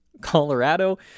Colorado